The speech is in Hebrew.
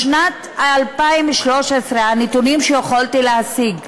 בשנת 2013, לפי הנתונים שיכולתי להשיג,